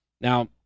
Now